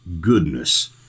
goodness